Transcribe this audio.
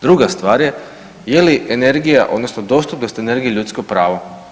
Druga stvar je je li energija odnosno dostupnost energije ljudsko pravo?